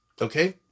Okay